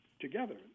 together